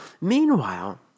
meanwhile